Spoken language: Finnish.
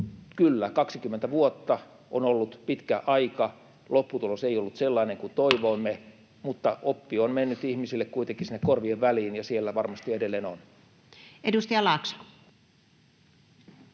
Kyllä, 20 vuotta on ollut pitkä aika. Lopputulos ei ollut sellainen kuin toivoimme, mutta oppi on mennyt ihmisille kuitenkin sinne korvien väliin ja siellä varmasti edelleen on. Edustaja Laakso.